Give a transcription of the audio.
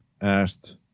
asked